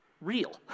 real